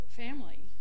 family